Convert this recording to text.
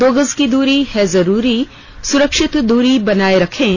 दो गज की दूरी है जरूरी सुरक्षित दूरी बनाए रखें